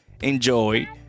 enjoy